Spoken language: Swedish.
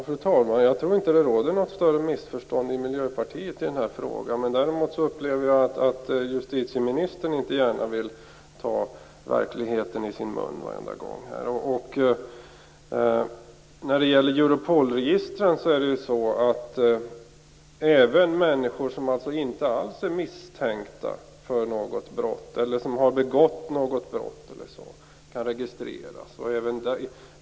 Fru talman! Jag tror inte att det råder något större missförstånd i den här frågan inom Miljöpartiet. Däremot upplever jag att justitieministern inte gärna vill ta verkligheten i sin mun. Även människor som inte är misstänkta för eller har begått något brott kan registreras i Europolregistren.